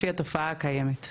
לפי התופעה הקיימת,